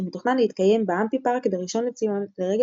שמתוכנן להתקיים באמפי פארק בראשון לציון לרגל